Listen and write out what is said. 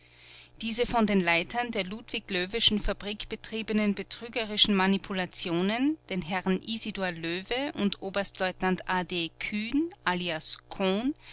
diese von den leitern der ludwig löweschen fabrik betriebenen betrügerischen manipulationen den herren isidor löwe und oberstleutnant a d kühn alias